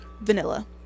vanilla